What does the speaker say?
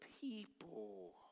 people